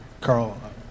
Carl